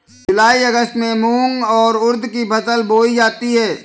जूलाई अगस्त में मूंग और उर्द की फसल बोई जाती है